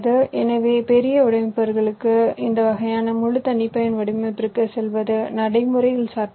எனவே பெரிய வடிவமைப்புகளுக்கு இந்த வகையான முழு தனிப்பயன் வடிவமைப்பிற்குச் செல்வது நடைமுறையில் சாத்தியமில்லை